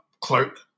clerk